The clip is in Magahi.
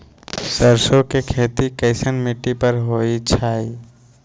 सरसों के खेती कैसन मिट्टी पर होई छाई?